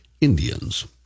Indians